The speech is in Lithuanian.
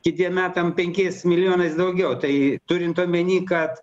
kitiem metams penkiais milijonais daugiau tai turint omeny kad